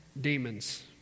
demons